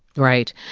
right.